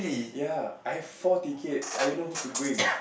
ya I have four tickets I don't know who to bring